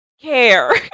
care